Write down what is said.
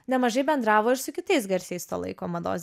nemažai bendravo ir su kitais garsiais to laiko mados